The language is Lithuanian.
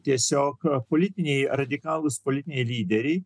tiesiog politiniai radikalūs politiniai lyderiai